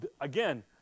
again